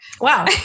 Wow